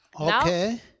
Okay